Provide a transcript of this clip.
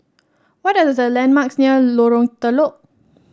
what are the landmarks near Lorong Telok